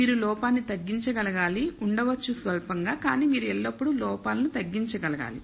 మీరు లోపాన్ని తగ్గించగలగాలి ఉండవచ్చు స్వల్పంగా కానీ మీరు ఎల్లప్పుడూ లోపాలను తగ్గించగల గాలి